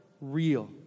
real